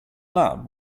lab